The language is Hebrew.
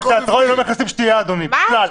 לתיאטרון לא מכניסים שתייה אדוני בכלל.